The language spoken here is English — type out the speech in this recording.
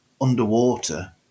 underwater